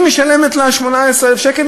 היא משלמת לה 18,000 שקלים,